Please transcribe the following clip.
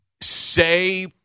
say